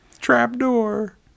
Trapdoor